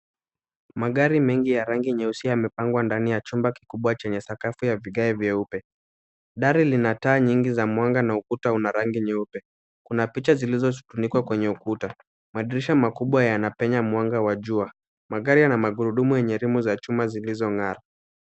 Magari mengi ya rangi nyeusi yamepangwa ndani ya chumba kikubwa chenye sakafu ya vigae vyeupe. Dari lina taa nyingi za mwanga na ukuta una rangi nyeupe. Kuna picha zilizofunikwa kwenye ukuta. Madirisha makubwa yanapenya mwanga wa jua. Magari yana magurudumu yenye rimu za chuma zlizong'ara.